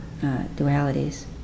dualities